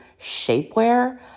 shapewear